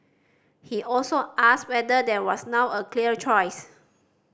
he also asked whether there was now a clear choice